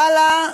ואללה,